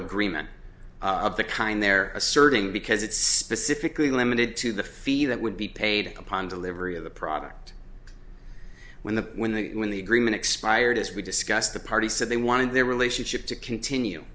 agreement of the kind they're asserting because it's specifically limited to the feed that would be paid upon delivery of the product when the when the when the agreement expired as we discussed the party said they wanted their relationship to continue